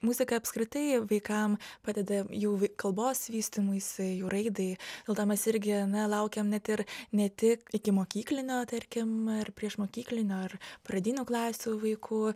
muzika apskritai vaikam padeda jų kalbos vystymuisi jų raidai dėl to mes irgi na laukiam net ir ne tik ikimokyklinio tarkim ar priešmokyklinio ar pradinių klasių vaikų